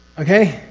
okay?